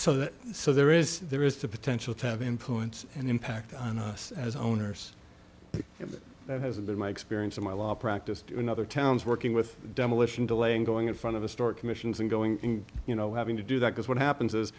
that so there is there is the potential to have influence and impact on us as owners if it hasn't been my experience in my law practice to another town's working with demolition delaying going in front of a store commissions and going you know having to do that because what happens is